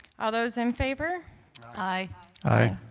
all those in favor aye aye